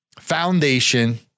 foundation